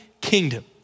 kingdom